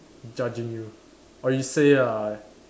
judging you or you say lah